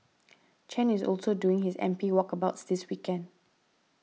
Chen is also doing his M P walkabouts this weekend